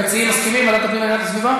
המציעים מסכימים, ועדת הפנים והגנת הסביבה?